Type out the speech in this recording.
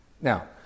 Now